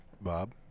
Bob